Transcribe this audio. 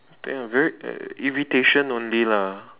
I think it would be irritation only lah